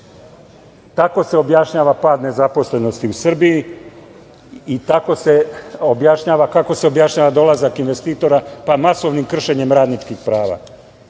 Tako se objašnjava pad nezaposlenosti u Srbiji i tako se objašnjava kako se objašnjava dolazak investitora, pa masovnim kršenjem radničkih prava. Na